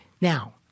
Now